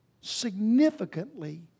significantly